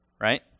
right